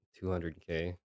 200k